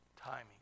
Timing